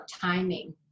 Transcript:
timing